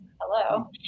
Hello